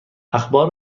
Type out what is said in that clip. اخبار